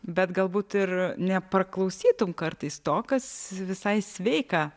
bet galbūt ir nepraklausytum kartais to kas visai sveika